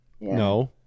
No